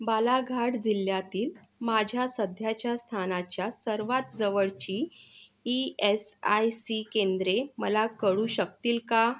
बालाघाट जिल्ह्यातील माझ्या सध्याच्या स्थानाच्या सर्वात जवळची ई एस आय सी केंद्रे मला कळू शकतील का